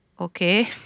okay